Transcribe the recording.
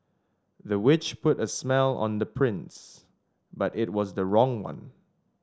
the witch put a spell on the prince but it was the wrong one